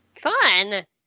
Fun